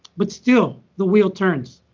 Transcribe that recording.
but still, the wheel turns.